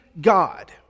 God